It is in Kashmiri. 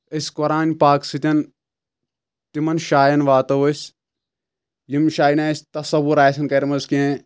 أسۍ قۄرانہِ پاک سۭتۍ تِمن جایَن واتو أسۍ یِم جایہِ نہٕ اسہِ تصوُر آسن کرِمژٕ کینٛہہ